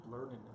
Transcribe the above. learning